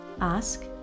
Ask